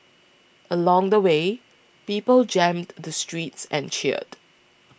along the way people jammed the streets and cheered